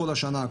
כל השנה,